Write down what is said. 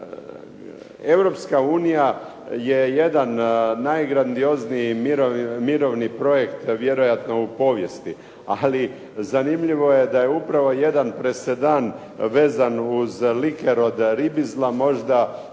Europska unija je jedan najgrandiozniji mirovni projekt vjerojatno u povijesti, ali zanimljivo je da je upravo jedan presedan vezan uz liker od ribizla možda